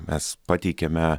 mes pateikiame